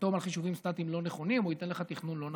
יחתום על חישובים לא נכונים או ייתן לך תכנון לא נכון.